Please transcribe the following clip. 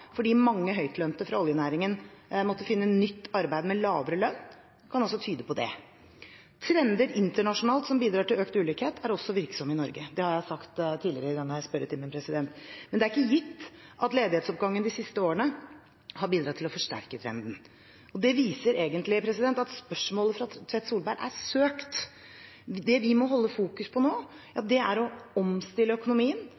fordi mange høytlønte fra oljenæringen måtte finne nytt arbeid med lavere lønn, kan tyde på det. Trender internasjonalt som bidrar til økt ulikhet, er også virksomme i Norge – det har jeg sagt tidligere i denne spørretimen. Men det er ikke gitt at ledighetsoppgangen de siste årene har bidratt til å forsterke trenden. Det viser egentlig at spørsmålet fra Tvedt Solberg er søkt. Det vi må fokusere på nå,